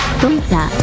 Twitter